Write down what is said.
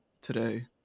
today